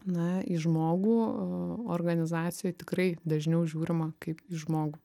na į žmogų organizacijoj tikrai dažniau žiūrima kaip į žmogų